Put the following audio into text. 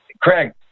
Craig